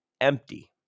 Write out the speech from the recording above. empty